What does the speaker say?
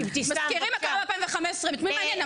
מזכירים את 2015. את מי מעניין?